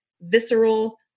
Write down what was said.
visceral